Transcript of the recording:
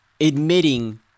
admitting